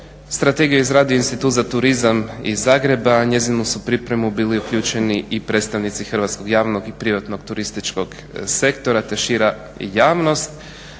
Strategiju je izradio institut za turizam iz Zagreba, u njezinu su pripremu bili uključeni i predstavnici hrvatskog javnog i privatnog turističkog sektora te šira javnost.